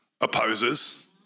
opposes